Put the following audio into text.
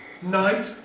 Night